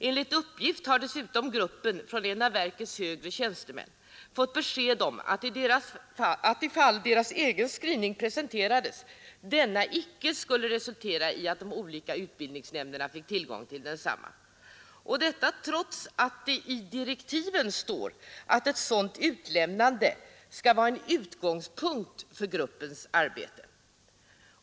Enligt uppgift har dessutom gruppen från en av verkets högre tjänstemän fått besked om att i fall gruppens egen skrivning presenterades, så skulle de olika utbildningsnämnderna icke få tillgång till densamma, detta trots att det i direktiven heter att ett sådant utlämnande skall vara en utgångspunkt för gruppens arbete.